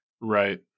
Right